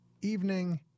evening